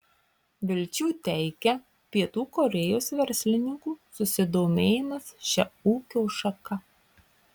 vilčių teikia pietų korėjos verslininkų susidomėjimas šia ūkio šaka